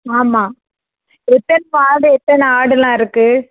ஆமாம் எத்தனை மாடு எத்தனை ஆடெலாம் இருக்குது